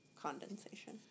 condensation